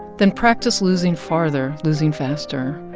then practice losing farther, losing faster,